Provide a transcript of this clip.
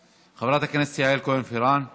אבל אני הייתי רוצה להיצמד להצעת החוק שמונחת לפנינו ולדבר.